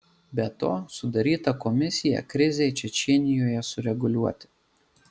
be to sudaryta komisija krizei čečėnijoje sureguliuoti